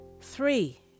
three